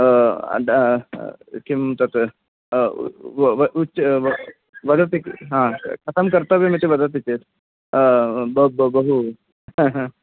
किम् तत् वदति कथं कर्तव्यं इति वदति चेत् बहु